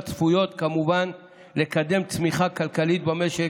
צפויים כמובן לקדם צמיחה כלכלית במשק,